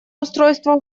устройство